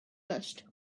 list